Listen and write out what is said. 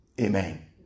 Amen